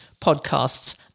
podcasts